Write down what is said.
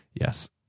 Yes